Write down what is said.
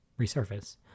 resurface